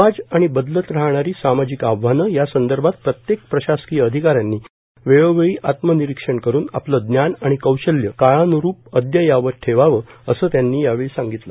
समाज आणि बदलत राहणारी सामाजिक आव्हानं यासंदर्भात प्रत्येक प्रशासकीय अधिकाऱ्यांनी वेळोवेळी आत्मनिरीक्षण करून आपलं ज्ञान आणि कौशल्य काळान्रूरूप अद्ययावत ठेवावं असं त्यांनी यावेळी सांगितलं